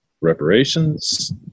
Reparations